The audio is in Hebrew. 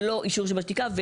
ולא אישור שבשתיקה.